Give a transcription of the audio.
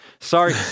Sorry